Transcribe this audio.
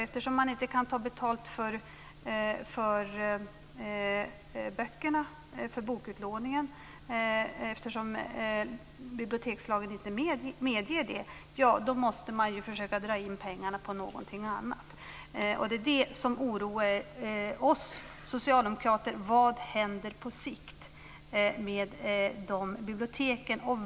Eftersom man inte kan ta betalt för bokutlåningen - bibliotekslagen medger inte det - måste man försöka dra in pengarna på någonting annat. Det är det som oroar oss socialdemokrater. Vad händer på sikt med de biblioteken?